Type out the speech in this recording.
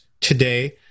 today